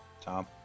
Tom